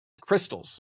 crystals